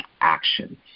action